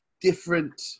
different